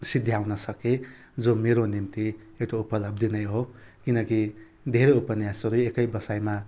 सिद्ध्याउन सकेँ जो मेरो निम्ति मेरो उपलब्धि नै हो किनकि धेरो उपन्यासहरू एकै बसाइमा